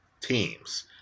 teams